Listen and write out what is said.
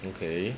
eh